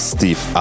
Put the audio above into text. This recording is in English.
Steve